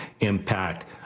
impact